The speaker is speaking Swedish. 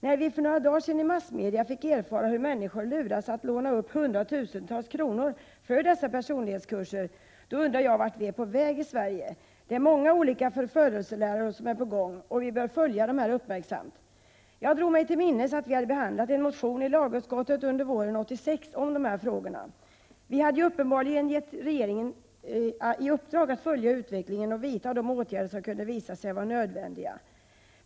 Vi fick för några dagar sedan genom massmedia erfara hur människor luras att låna upp hundratusentals kronor för dessa personlighetskurser. Då undrar jag vart vi är på väg i Sverige — det är många olika förförelseläror på 93 gång och vi bör följa dem uppmärksamt. Jag drog mig till minnes att vi i lagutskottet under våren 1986 behandlat en motion om dessa frågor. Vi hade uppenbarligen givit regeringen i uppdrag att följa utvecklingen och vidta de åtgärder som kunde visa sig vara nödvändiga.